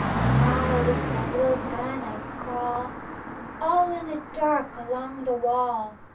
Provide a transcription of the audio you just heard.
now, with my little gun, i crawl all in the dark along the wall,